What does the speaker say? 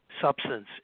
substance